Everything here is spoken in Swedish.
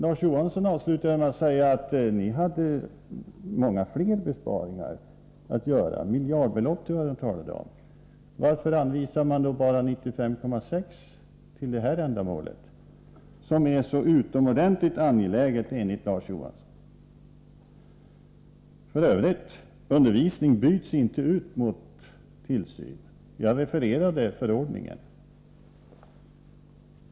Larz Johansson avslutade med att säga att ni kunde tänka er att göra många fler besparingar. Jag tror att det talades om miljardbelopp. Varför då bara anvisa 95,6 milj.kr. för det här ändamålet, som enligt Larz Johansson är så utomordentligt angeläget? F. ö.: Undervisning byts inte ut mot tillsyn. Jag refererade förordningen.